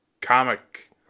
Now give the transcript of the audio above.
comic